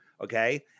Okay